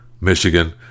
Michigan